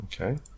okay